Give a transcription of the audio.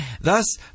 Thus